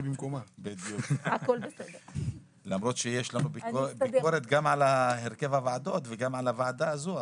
למרות שיש לנו ביקורת גם על הרכב הוועדות וגם על הוועדה הזו,